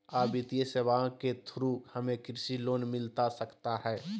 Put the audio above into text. आ वित्तीय सेवाएं के थ्रू हमें कृषि लोन मिलता सकता है?